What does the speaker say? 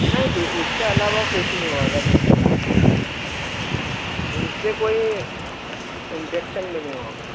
नहीं उसके अलावा कुछ नहीं होगा दूसरे दाँत खराब नहीं पड़ेंगे नहीं उससे कोई इंडेक्सन भी नहीं होगा